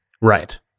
right